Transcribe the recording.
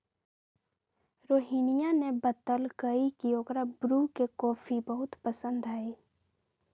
रोहिनीया ने बतल कई की ओकरा ब्रू के कॉफी बहुत पसंद हई